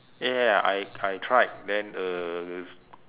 ya ya ya I I tried then uh was